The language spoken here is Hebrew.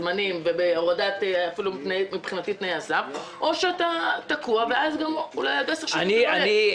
זמנים והורדת תנאי הסף או שאתה תקוע ואז גם --- אני רוצה